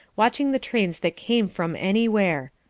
watching the trains that came from anywhere.